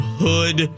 hood